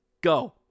Go